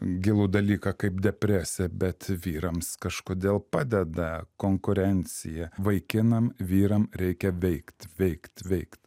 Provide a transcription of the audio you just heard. gilų dalyką kaip depresija bet vyrams kažkodėl padeda konkurencija vaikinam vyram reikia veikt veikt veikt